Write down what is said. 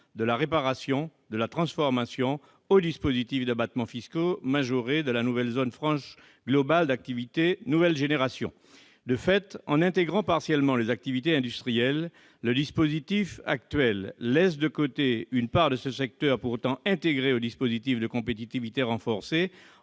de la réparation, de la transformation au dispositif d'abattements fiscaux majorés de la nouvelle zone franche d'activité nouvelle génération. En intégrant partiellement les activités industrielles, le dispositif actuel laisse de côté une part de ce secteur pourtant intégrée au dispositif de compétitivité renforcée